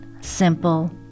simple